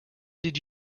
did